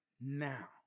now